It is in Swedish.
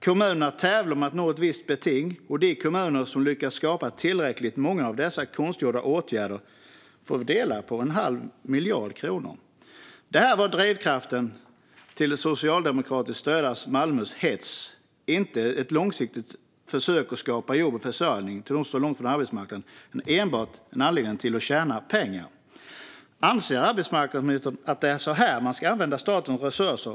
Kommunerna tävlar om att nå ett visst beting, och de kommuner som lyckats skapa tillräckligt många av dessa konstgjorda åtgärder får dela på en halv miljard kronor. Det här var drivkraften till det socialdemokratiskt styrda Malmös hets. Det var inte ett långsiktigt försök att skapa jobb och försörjning till dem som står långt ifrån arbetsmarknaden, utan anledningen var enbart att man ville tjäna pengar. Anser arbetsmarknadsministern att det är så här man ska använda statens resurser?